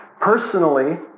Personally